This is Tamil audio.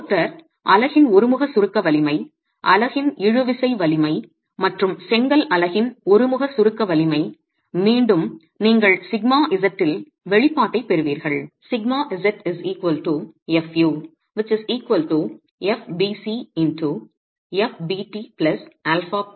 மோர்டார் அலகின் ஒருமுக சுருக்க வலிமை அலகின் இழுவிசை வலிமை மற்றும் செங்கல் அலகின் ஒருமுக சுருக்க வலிமை மீண்டும் நீங்கள் சிக்மா z இல் வெளிப்பாட்டைப் பெறுவீர்கள்